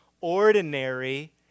ordinary